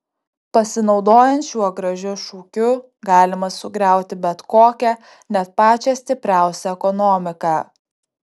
pasinaudojant šiuo gražiu šūkiu galima sugriauti bet kokią net pačią stipriausią ekonomiką